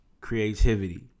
Creativity